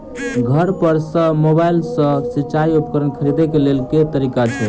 घर पर सऽ मोबाइल सऽ सिचाई उपकरण खरीदे केँ लेल केँ तरीका छैय?